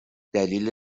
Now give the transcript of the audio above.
دلیل